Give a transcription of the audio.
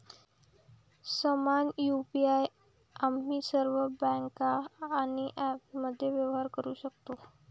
समान यु.पी.आई आम्ही सर्व बँका आणि ॲप्समध्ये व्यवहार करू शकतो